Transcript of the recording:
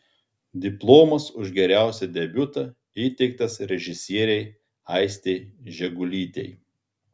diplomas už geriausią debiutą įteiktas režisierei aistei žegulytei